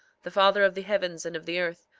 the father of the heavens and of the earth,